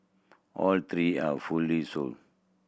all three are fully sold